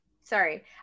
Sorry